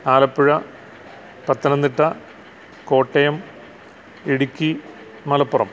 Alappuzha Pathanamthitta Kottayam Idukki Malappuram